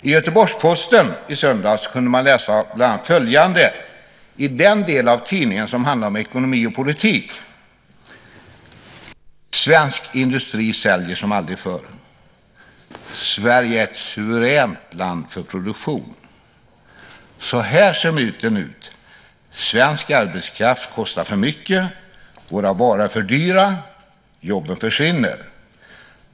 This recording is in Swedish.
I Göteborgs-Posten i söndags kunde man läsa bland annat följande i den del av tidningen som handlar om ekonomi och politik. Svensk industri säljer som aldrig förr. Sverige är ett suveränt land för produktion. Så här ser myten ut: Svensk arbetskraft kostar för mycket, våra varor är för dyra, jobben försvinner.